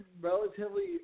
relatively